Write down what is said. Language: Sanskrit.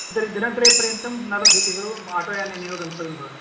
तर्हि दिनत्रयपर्यन्तं न लभ्यते खलु आटोयानेनैव गन्तव्यं भवति